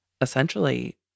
essentially